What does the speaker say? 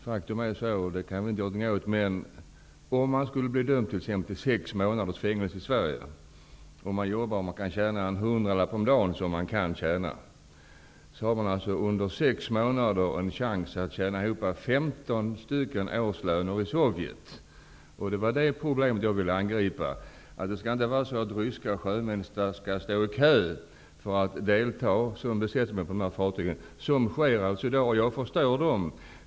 Faktum är -- och det kan vi inte göra något åt -- att om de blir dömda till sex månaders fängelse i Sverige, och de jobbar och tjänar ihop en hundralapp om dagen, vilket de kan göra, har de möjlighet att tjäna ihop motsvarande 15 årslöner i Ryssland. Det är detta problem jag vill angripa. Ryska sjömän skall inte kunna stå i kö för att få delta som besättningsmän på dessa fartyg. Så sker tydligen i dag. Jag förstår dem.